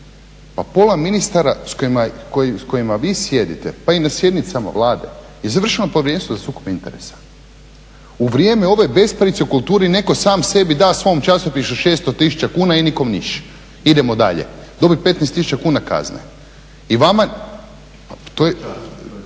pa pola ministara s kojima je, s kojima vi sjedite pa i na sjednicama Vlade je završilo na Povjerenstvu za sukob interesa. U vrijeme ove besparice u kulturi neko sam sebi da svom časopisu 600 tisuća kuna i idemo dalje, nikome ništa, idemo dalje, dobije 15 tisuća kuna kazne. I vama,